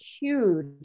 huge